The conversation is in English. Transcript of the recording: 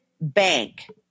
Bank